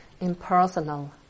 impersonal